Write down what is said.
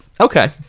Okay